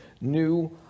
new